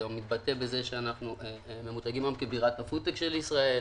זה מתבטא בכך שאנחנו ממותגים היום כבירת ה-פודטק של ישראל,